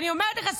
אני אומרת לך,